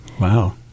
Wow